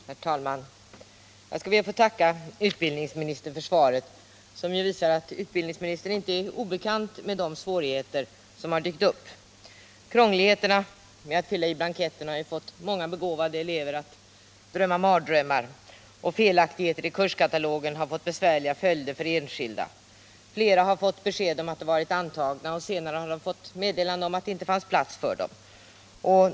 Herr talman! Jag skall be att få tacka utbildningsministern för svaret, som ju visar att utbildningsministern inte är obekant med de svårigheter som dykt upp. De krångliga blanketterna har fått många begåvade elever att drömma mardrömmar, och felaktigheter i kurskataloger har fått besvärliga följder för enskilda. Flera sökande har fått besked om att de varit antagna och sedan meddelande om att det inte fanns plats för dem.